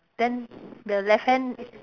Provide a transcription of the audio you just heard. then the left hand